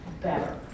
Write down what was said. better